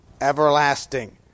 everlasting